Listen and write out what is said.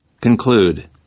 Conclude